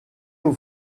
aux